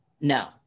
No